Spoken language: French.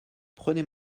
prenez